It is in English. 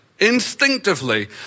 instinctively